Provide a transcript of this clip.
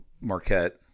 Marquette